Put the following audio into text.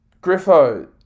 Griffo